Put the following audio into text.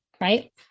right